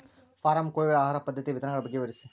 form ಕೋಳಿಗಳ ಆಹಾರ ಪದ್ಧತಿಯ ವಿಧಾನಗಳ ಬಗ್ಗೆ ವಿವರಿಸಿ